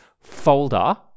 folder